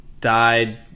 died